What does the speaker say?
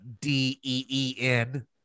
D-E-E-N